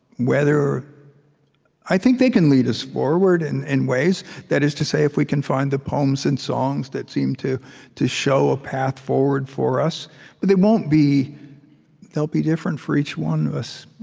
whether i think they can lead us forward, and in ways that is to say, if we can find the poems and songs that seem to to show a path forward, for us. but they won't be they'll be different, for each one of us